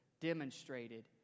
demonstrated